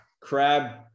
Crab